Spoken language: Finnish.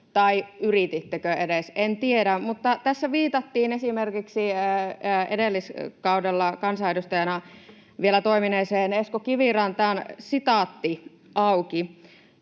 tai yritittekö edes, en tiedä. Mutta tässä viitattiin esimerkiksi edellisellä kaudella kansanedustajana vielä toimineeseen Esko Kivirantaan: ”Iloa